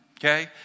okay